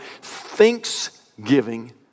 Thanksgiving